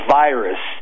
virus